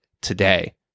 today